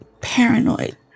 paranoid